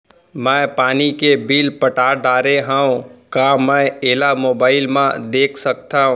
मैं पानी के बिल पटा डारे हव का मैं एला मोबाइल म देख सकथव?